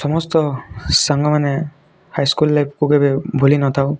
ସମସ୍ତ ସାଙ୍ଗମାନେ high school ଲାଇଫ୍କୁ କେବେ ଭୁଲିନଥାଉ